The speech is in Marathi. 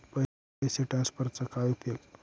पैसे ट्रान्सफरचा काय उपयोग?